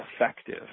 effective